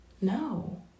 No